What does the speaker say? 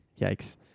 Yikes